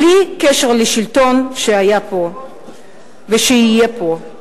בלי קשר לשלטון שהיה פה ושיהיה פה.